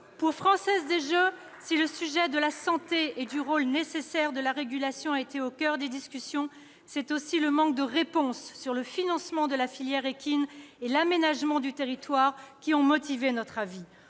Pour La Française des jeux, la FDJ, si le sujet de la santé et du rôle nécessaire de la régulation a été au coeur des discussions, c'est aussi le manque de réponse sur le financement de la filière équine et l'aménagement du territoire qui ont motivé notre avis.